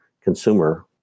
consumer